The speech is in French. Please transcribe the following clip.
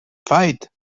fête